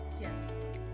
yes